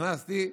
נכנסתי,